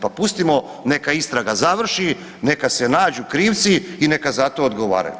Pa pustimo neka istraga završi, neka se nađu krivci i neka za to odgovaraju.